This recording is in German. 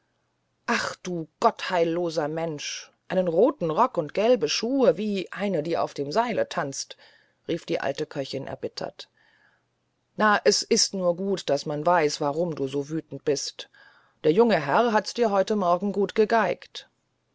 ach du gottheilloser mensch einen roten rock und gelbe schuhe wie eine die auf dem seile tanzt rief die alte köchin erbittert na es ist nur gut daß man weiß warum du so wütend bist der junge herr hat dir's heute morgen gut gegeigt